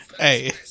Hey